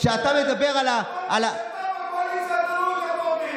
כשאתה בקואליציה אתה לא יותר טוב מהם.